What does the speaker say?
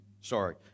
sorry